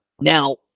now